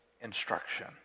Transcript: instruction